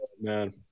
man